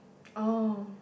oh